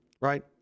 right